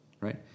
Right